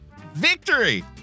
Victory